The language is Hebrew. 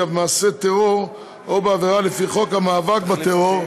מעשה טרור או בעבירה לפי חוק המאבק בטרור,